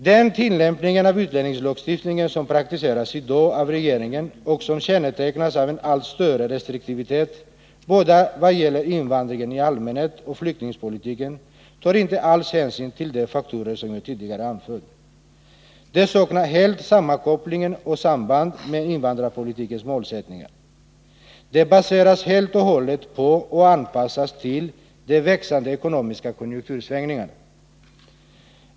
Den tillämpning av utlänningslagstiftningen som i dag praktiseras av regeringen och som kännetecknas av en allt större restriktivitet både vad gäller invandringen i allmänhet och flyktingpolitiken tar inte alls hänsyn till de faktorer som jag tidigare har anfört. Den saknar helt sammankoppling och samband med invandrarpolitikens målsättningar. Den baseras helt och hållet på och anpassas till svängningarna i den ekonomiska konjunkturen.